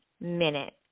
minute